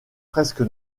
presque